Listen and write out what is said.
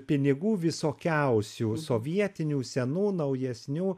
pinigų visokiausių sovietinių senų naujesnių